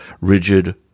rigid